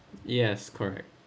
yes correct